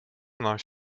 náš